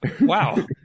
wow